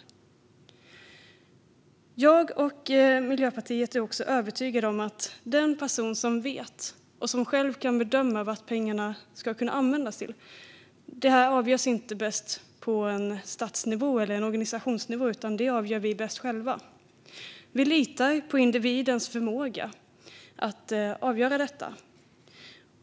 Socialförsäkrings-frågor Jag och Miljöpartiet är också övertygade om att en person själv kan bedöma vad pengarna ska användas till. Det avgörs inte bäst på stats eller organisationsnivå, utan det avgör var och en bäst själv. Vi litar på individens förmåga att avgöra denna